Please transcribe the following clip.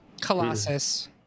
colossus